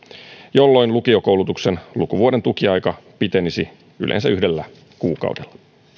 jolloin lukiokoulutuksen lukuvuoden tukiaika pitenisi yleensä yhdellä kuukaudella